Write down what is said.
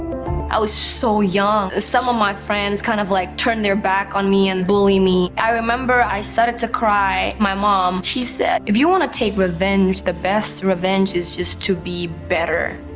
i was so young. some of my friends kind of, like, turned their back on me and bullied me. i remember i started to cry. my mum, um she said, if you want to take revenge, the best revenge is just to be better.